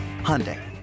Hyundai